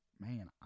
Man